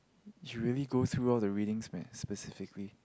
she really go through out the readings meh specifically